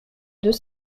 deux